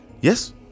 Yes